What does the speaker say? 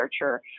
researcher